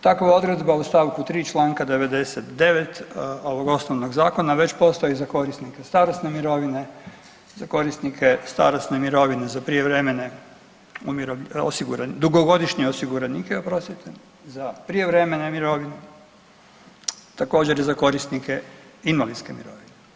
Takva odredba u st. 3. čl. 99. ovog osnovnog zakona već postoji za korisnike starosne mirovine, za korisnike starosne mirovine za prijevremene, dugogodišnje osiguranike, oprostite, za prijevremene mirovine, također i za korisnike invalidske mirovine.